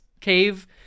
cave